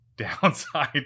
downside